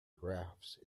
graphs